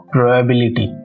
Probability